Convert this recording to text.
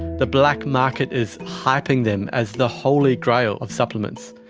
the black market is hyping them as the holy grail of supplements.